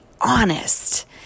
honest